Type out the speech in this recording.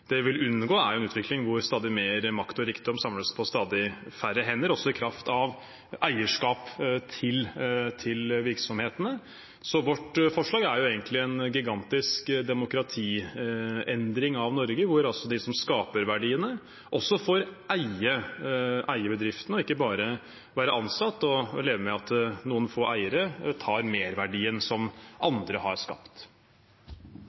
Det vi vil unngå, er en utvikling hvor stadig mer makt og rikdom samles på stadig færre hender, også i kraft av eierskap til virksomhetene. Vårt forslag er egentlig en gigantisk demokratiendring av Norge, hvor de som skaper verdiene, også får eie bedriftene og ikke bare være ansatte og leve med at noen få eiere tar merverdien som